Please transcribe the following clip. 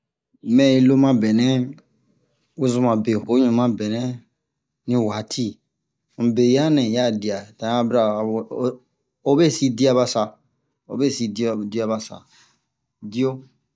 mɛ yi lo mabɛnɛ wozoma be hoɲu mabɛnɛ ni waati yi mu be yaa nɛ un ya dia ta un ma bira ho-ho- ho besi dia ba sa ho besi diya diya basa diyo